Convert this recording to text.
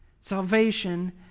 Salvation